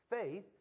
faith